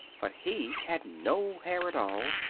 but he had no hair at all,